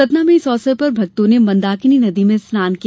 सतना में इस अवसर पर भक्तों ने मंदाकिनी नदी में स्नान किया